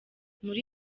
muri